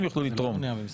כי זכיתי באמון הציבור.